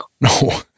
No